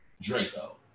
Draco